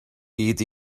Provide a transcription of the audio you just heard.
hyd